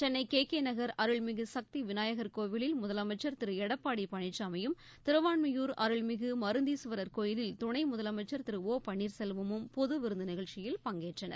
Chennai K K Nagar அருள்மிகு சக்தி விநாயகர் கோவிலில் முதலமைச்சர் திரு எடப்பாடி பழனிசாமியும் திருவான்மியூர் அருள்மிகு மருந்தீஸ்வரர் கோயிலில் துணை முதலமைச்சர் திரு ஒ பன்னீர்செல்வமும் பொது விருந்து நிகழ்ச்சியில் பங்கேற்றனர்